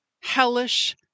hellish